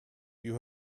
you